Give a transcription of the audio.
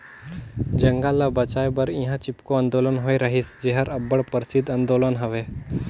जंगल ल बंचाए बर इहां चिपको आंदोलन होए रहिस जेहर अब्बड़ परसिद्ध आंदोलन हवे